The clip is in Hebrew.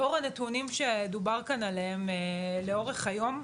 לאור הנתונים שדובר כאן עליהם לאורך היום,